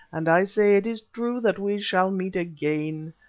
and i say it is true that we shall meet again.